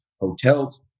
hotels